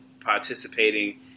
participating